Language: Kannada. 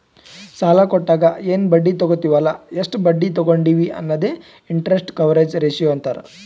ಸಾಲಾ ಕೊಟ್ಟಾಗ ಎನ್ ಬಡ್ಡಿ ತಗೋತ್ತಿವ್ ಅಲ್ಲ ಎಷ್ಟ ಬಡ್ಡಿ ತಗೊಂಡಿವಿ ಅನ್ನದೆ ಇಂಟರೆಸ್ಟ್ ಕವರೇಜ್ ರೇಶಿಯೋ ಅಂತಾರ್